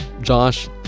Josh